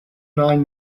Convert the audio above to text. nine